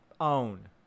own